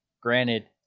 granted